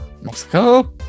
Mexico